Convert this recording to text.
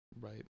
right